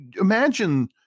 imagine